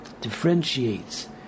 differentiates